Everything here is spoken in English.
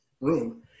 room